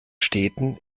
städten